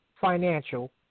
financial